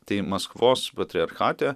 tai maskvos patriarchate